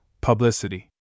Publicity